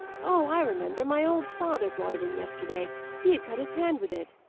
oh, i remember. my old father brought it in yesterday he had cut his hand with it.